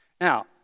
Now